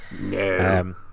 No